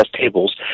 tables